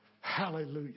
Hallelujah